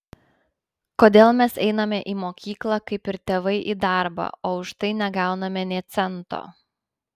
kodėl mes einame į mokyklą kaip ir tėvai į darbą o už tai negauname nė cento